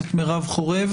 את מרב חורב,